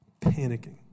Panicking